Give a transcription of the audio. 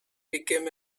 became